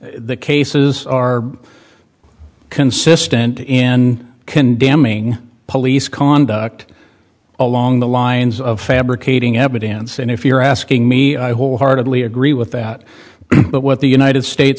the cases are consistent in condemning police conduct along the lines of fabricating evidence and if you're asking me i wholeheartedly agree with that but what the united states